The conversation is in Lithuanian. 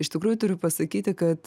iš tikrųjų turiu pasakyti kad